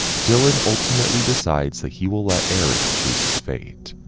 dylan ultimately decides that he will let eric choose his fate.